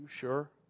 sure